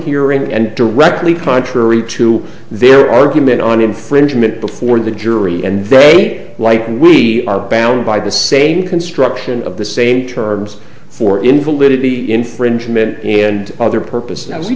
hearing and directly contrary to their argument on infringement before the jury and they like we are bound by the same construction of the same terms for invalidity infringement and other purposes as we